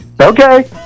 Okay